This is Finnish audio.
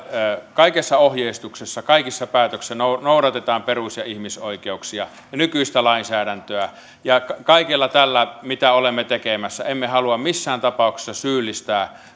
kaikessa ohjeistuksessa kaikissa päätöksissä noudatetaan perus ja ihmisoikeuksia ja nykyistä lainsäädäntöä kaikella tällä mitä olemme tekemässä emme halua missään tapauksessa syyllistää